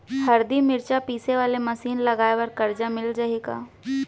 हरदी, मिरचा पीसे वाले मशीन लगाए बर करजा मिलिस जाही का?